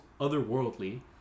otherworldly